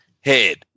head